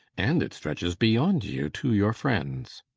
and it stretches beyond you to your friends